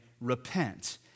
repent